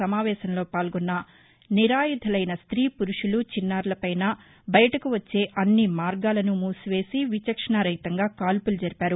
సమావేశంలో పాల్గొన్న నిరాయుధులైన ట్రీ పురుషులు చిన్నారులపైనా బయటకు వచ్చే అన్ని మార్గాలను మూసివేసి విచక్షణారహితంగా కాల్పులు జరిపారు